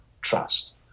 trust